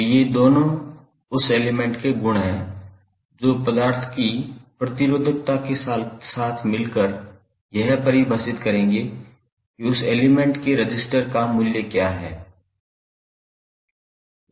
तो ये दोनों उस एलिमेंट के गुण हैं जो पदार्थ की प्रतिरोधकता के साथ मिलकर यह परिभाषित करेंगे कि उस एलिमेंट के रजिस्टर का मूल्य क्या है